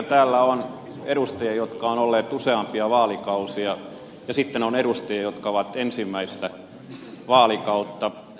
meitä on täällä edustajia jotka ovat olleet useampia vaalikausia ja sitten on edustajia jotka ovat ensimmäistä vaalikauttaan